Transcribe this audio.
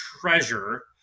treasure